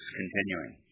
continuing